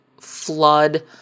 flood